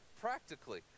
practically